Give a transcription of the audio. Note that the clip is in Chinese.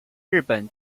日本